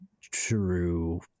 true